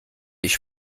ich